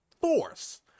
force